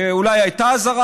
ואולי הייתה אזהרה,